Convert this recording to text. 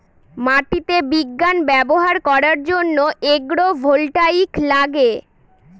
মাটিতে বিজ্ঞান ব্যবহার করার জন্য এগ্রো ভোল্টাইক লাগে